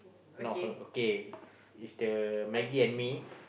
not her okay it's the Maggie and mee